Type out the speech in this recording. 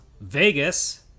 Vegas